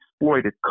exploited